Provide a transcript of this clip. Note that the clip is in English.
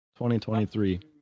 2023